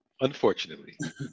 Unfortunately